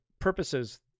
purposes